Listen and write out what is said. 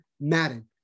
Madden